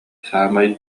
саамай